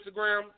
Instagram